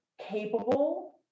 capable